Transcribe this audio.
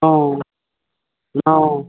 অঁ অঁ